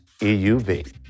EUV